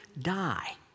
die